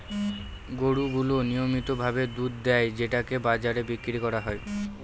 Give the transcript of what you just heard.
গরু গুলো নিয়মিত ভাবে দুধ দেয় যেটাকে বাজারে বিক্রি করা হয়